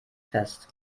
fest